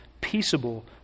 peaceable